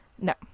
No